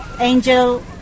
Angel